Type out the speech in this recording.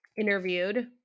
interviewed